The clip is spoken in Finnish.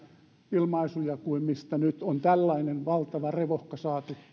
ilmaisuja kuin mistä nyt on tällainen valtava revohka saatu aikaiseksi